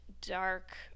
dark